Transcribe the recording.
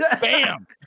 Bam